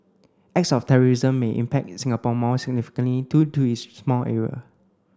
acts of terrorism may impact Singapore more significantly due to its small area